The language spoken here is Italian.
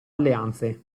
alleanze